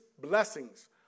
blessings